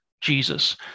Jesus